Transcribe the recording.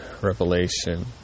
revelation